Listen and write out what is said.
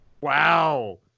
Wow